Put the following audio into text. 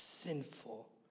sinful